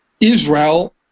Israel